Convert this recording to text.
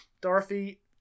Dorothy